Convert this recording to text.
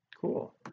Cool